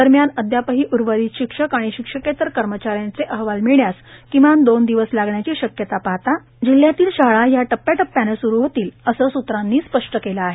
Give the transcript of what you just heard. दरम्यान अद्यापही उर्वरित शिक्षक आणी शिक्षकेत्तर कर्मचाऱ्यांचे अहवाल मिळण्यास किमान दोन दिवस लागण्याची शक्यता पाहता जिल्ह्यातील शाळा या टप्प्या टप्प्याने सुरू होतील असे सुत्रांनी स्पष्ट केले आहे